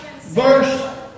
Verse